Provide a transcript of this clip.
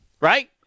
right